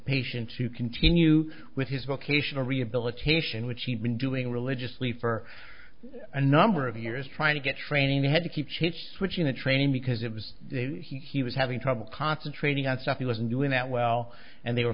patient to continue with his vocational rehabilitation which he'd been doing religiously for a number of years trying to get training ahead to keep his switching the training because it was he was having trouble concentrating on stuff he wasn't doing that well and they were